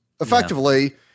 Effectively